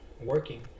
working